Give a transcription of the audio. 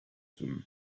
them